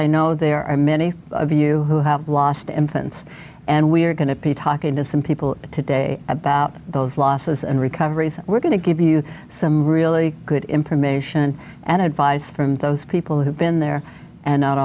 i know there are many of you who have lost infants and we are going to be talking to some people today about those losses and recovery we're going to give you some really good information and advice from those people who've been there and not